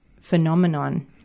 phenomenon